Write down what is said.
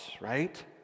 right